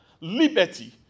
liberty